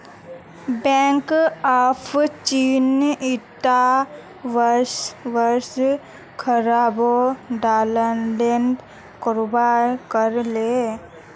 bank of चीन ईटा वर्ष खरबों डॉलरेर कारोबार कर ले